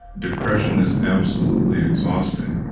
depression is absolutely exhausting.